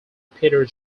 peter